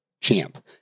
Champ